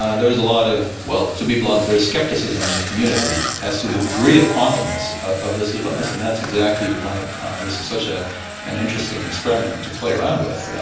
ah there is a lot of. well, to be blunt, there is scepticism in the community as to the degree of quantumness of this device, and that's exactly why this is such ah an interesting experiment to play around with.